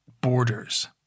borders